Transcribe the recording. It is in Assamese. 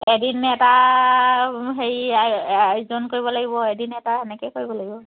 এদিন এটা হেৰি আয়োজন কৰিব লাগিব এদিন এটা এনেকৈ কৰিব লাগিব